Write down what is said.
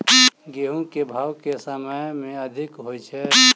गेंहूँ केँ भाउ केँ समय मे अधिक होइ छै?